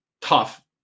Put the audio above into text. tough